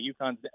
UConn's